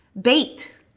bait